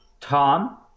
Tom –